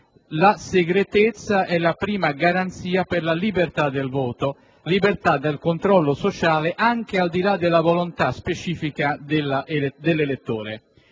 La segretezza è la prima garanzia per la libertà del voto, libertà dal controllo sociale anche al di là della volontà specifica dell'elettore.